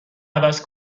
عوض